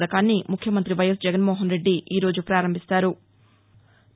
పథకాన్ని ముఖ్యమంత్రి వైఎస్ జగన్మోహన్రెడ్డి ఈరోజు పారంభిస్తారు